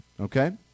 Okay